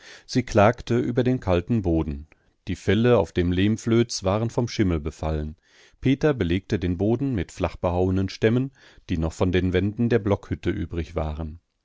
sie klagte über den kalten boden die felle auf dem lehmflöz waren vom schimmel befallen peter belegte den boden mit flach behauenen stämmen die noch von den wänden der blockhütte übrigwaren